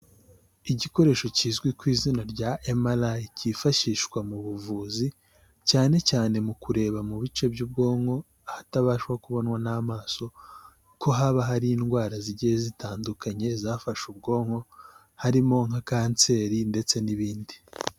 Igikoresho kizwi ku izina rya emalayi cyifashishwa mu buvuzi, cyane cyane mu kureba mu bice by'ubwonko ahatabasha kubonwa n'amaso ko haba hari indwara zigiye zitandukanye zafashe ubwonko harimo nka kanseri ndetse n'ibindi.